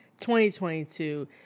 2022